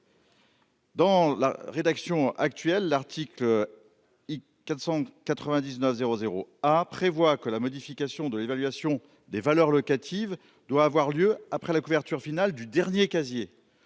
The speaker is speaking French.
Dans la rédaction actuelle, l'article 499 00 ah prévoit que la modification de l'évaluation des valeurs locatives doit avoir lieu après la couverture finale du dernier casier